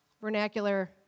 vernacular